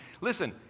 Listen